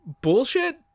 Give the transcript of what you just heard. Bullshit